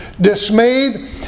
Dismayed